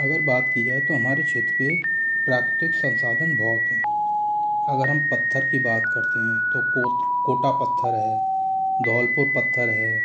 अगर बात की जाए तो हमारे क्षेत्र के प्राकृतिक संसाधन बहुत हैं अगर हम पत्थर की बात करते हैं तो कोट कोटा पत्थर है धौलपुर पत्थर है